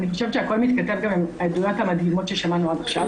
אני חושבת שהכול מתכתב גם עם העדויות המדהימות ששמענו עד עכשיו,